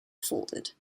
folded